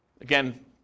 Again